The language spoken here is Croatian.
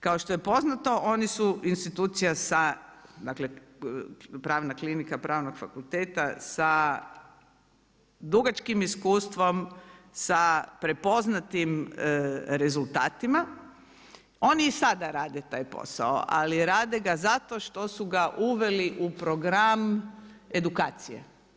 Kao što je poznato, oni su institucija, dakle, pravna klinika Pravnog fakulteta, sa dugačkim iskustvom, sa prepoznatim rezultatima, oni i sada rade taj posao, ali rade ga zato što su ga uveli u program edukacije.